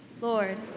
Lord